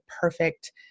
perfect